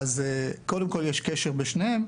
יש קשר בשניהם,